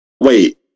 Wait